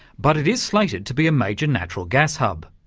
but it is slated to be a major natural gas hub.